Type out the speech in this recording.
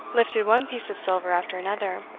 lifted one piece of silver after another.